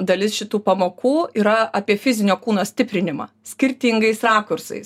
dalis šitų pamokų yra apie fizinio kūno stiprinimą skirtingais rakursais